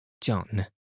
John